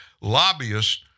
lobbyists